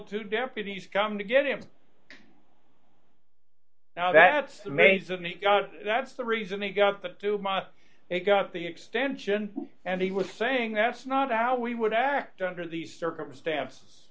two deputies come to get him now that's mason that's the reason they got the dumont they got the extension and he was saying that's not how we would act under the circumstance